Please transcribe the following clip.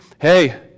hey